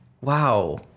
wow